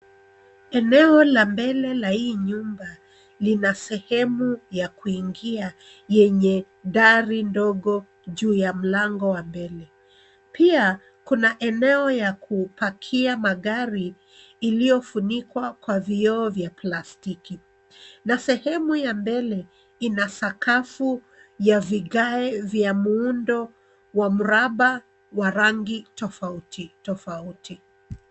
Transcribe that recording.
Eneo la mbele ya hii nyumba lina sehemu ya kuingia yenye dari ndogo juu ya mlango wa mbele. Pia kuna eneo ya kupakia magari iliyofunikwa kwa vioo vya plastiki. Na sehemu ya mbele ina sakafu ya vigae vya muundo wa mraba wa rangi tofauti tofauti.